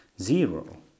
zero